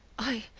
i.